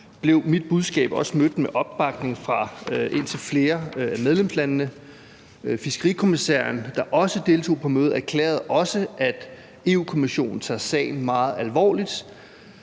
blev mit budskab også mødt med opbakning fra indtil flere af medlemslandene. Fiskerikommissæren, der også deltog på mødet, erklærede også, at Europa-Kommissionen tager sagen meget alvorligt.